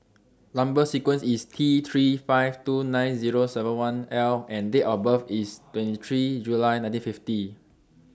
Number sequence IS T three five two nine Zero seven one L and Date of birth IS twenty three July nineteen fifty